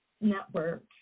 network